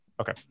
Okay